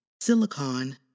silicon